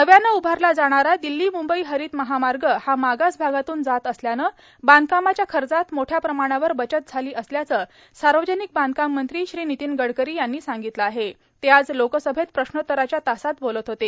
नव्यानं उभारला जाणारा दिल्ली मुंबई हरित महामार्ग हा मागास भागातून जात असल्यानं बांधकामाच्या खर्चात मोठ्या प्रमाणावर बचत झाली असल्याचं सार्वजनिक बांधकाम मंत्री श्री नितीन गडकरी यांनी सांगितलं आहे ते आज लोकसभेत प्रश्नोत्तराच्या तासात बोलत होते